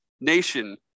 nation